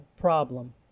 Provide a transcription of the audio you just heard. problem